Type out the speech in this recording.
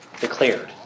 declared